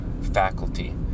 faculty